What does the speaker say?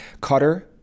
Cutter